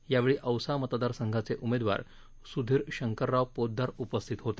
यावेळी औसा मतदारसंघाचे उमेदवार सुधीर शंकरराव पोतदार उपस्थित होते